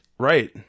Right